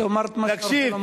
תאמר את מה שאתה רוצה לומר.